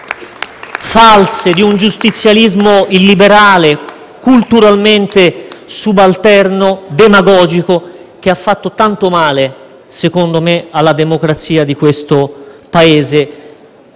false di un giustizialismo illiberale, culturalmente subalterno e demagogico, che a mio avviso ha fatto tanto male alla democrazia di questo Paese.